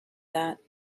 that